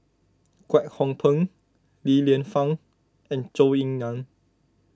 Kwek Hong Png Li Lienfung and Zhou Ying Nan